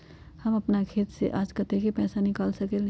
हम अपन खाता से आज कतेक पैसा निकाल सकेली?